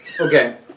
Okay